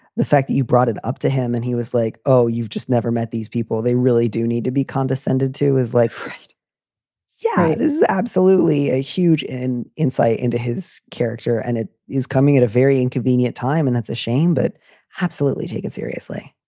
the fact that you brought it up to him and he was like, oh, you've just never met these people. they really do need to be condescended to is like, yeah, it is absolutely a huge an insight into his character. and it is coming at a very inconvenient time. and that's a shame. but i absolutely take it seriously.